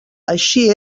així